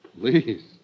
Please